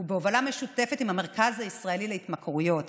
ובהובלה משותפת עם המרכז הישראלי להתמכרויות.